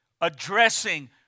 addressing